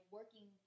working